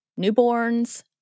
newborns